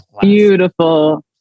beautiful